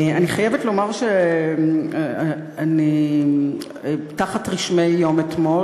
אני חייבת לומר שאני תחת רשמי יום אתמול,